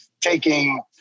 taking